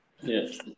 Yes